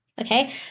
okay